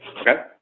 Okay